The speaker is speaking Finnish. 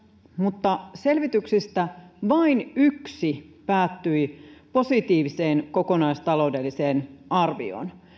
mutta selvityksistä vain yksi päättyi positiiviseen kokonaistaloudelliseen arvioon